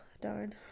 darn